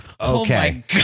okay